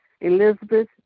Elizabeth